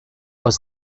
was